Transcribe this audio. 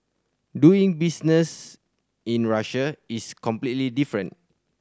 doing business in Russia is completely different